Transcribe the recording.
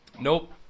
Nope